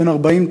בן 40,